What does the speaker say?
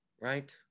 right